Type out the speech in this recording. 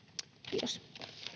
kiitos